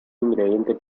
ingrediente